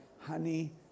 honey